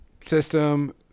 system